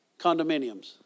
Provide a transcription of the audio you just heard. condominiums